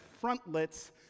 frontlets